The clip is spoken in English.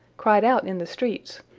cried out in the streets,